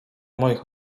moich